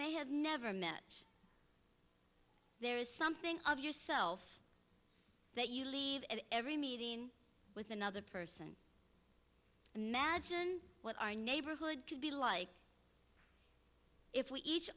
may have never met there is something of yourself that you leave every meeting with another person and imagine what our neighborhood could be like if we each